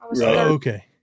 Okay